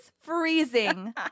freezing